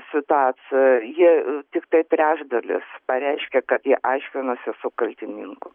situacijoj jie tiktai trečdalis pareiškė kad jie aiškinosi su kaltininku